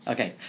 Okay